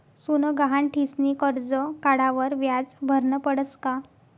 सोनं गहाण ठीसनी करजं काढावर व्याज भरनं पडस का?